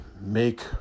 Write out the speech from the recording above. make